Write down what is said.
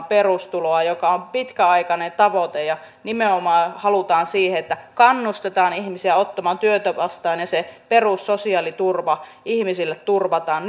perustuloa mikä on pitkäaikainen tavoite ja nimenomaan halutaan siihen että kannustetaan ihmisiä ottamaan työtä vastaan ja se perussosiaaliturva ihmisille turvataan